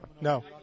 No